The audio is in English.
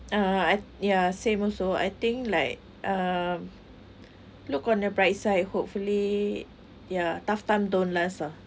uh I ya same also I think like uh look on the bright side hopefully yeah tough time don't last ah